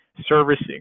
servicing